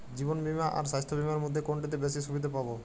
জীবন বীমা আর স্বাস্থ্য বীমার মধ্যে কোনটিতে বেশী সুবিধে পাব?